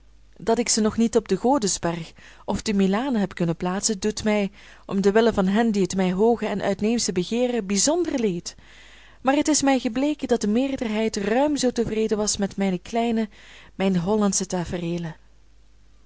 dat ik ze nog niet op den godesberg of te milanen heb kunnen plaatsen doet mij om den wille van hen die het hooge en het uitneemsche begeeren bijzonder leed maar het is mij gebleken dat de meerderheid ruim zoo tevreden was met mijn kleine mijn hollandsche tafereelen